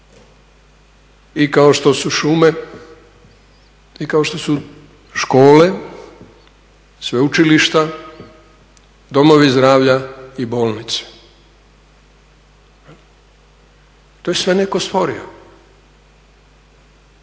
i kao što su šume i kao što su škole, sveučilišta, domovi zdravlja i bolnice. To je sve netko stvorio.